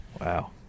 Wow